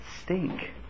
stink